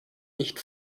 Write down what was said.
nicht